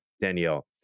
Danielle